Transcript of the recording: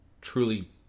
truly